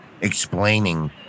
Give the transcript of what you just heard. explaining